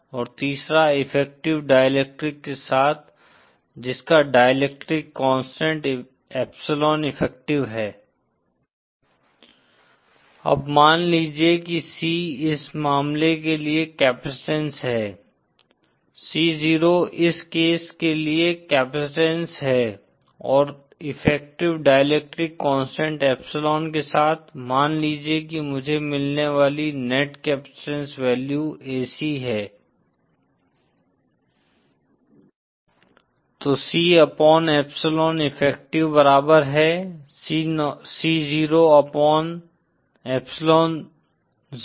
और तीसरा effective dielectric के साथ जिसका डाईइलेक्ट्रिक कांस्टेंट एप्सिलोन इफेक्टिव है अब मान लीजिए कि C इस मामले के लिए कैपैसिटंस है C0 इस केस के लिए कैपैसिटंस है और इफेक्टिव डाईइलेक्ट्रिक कांस्टेंट एप्सिलॉन के साथ मान लीजिए कि मुझे मिलने वाली नेट कैपैसिटंस वैल्यू ऐसी है तो C अपॉन एप्सिलोन इफेक्टिव बराबर है C0 अपॉन एप्सिलोन 0